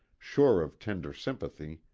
sure of tender sympathy,